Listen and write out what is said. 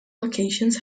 locations